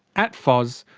at fos,